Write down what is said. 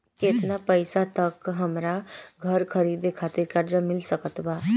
केतना पईसा तक हमरा घर खरीदे खातिर कर्जा मिल सकत बा?